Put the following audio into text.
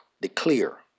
declare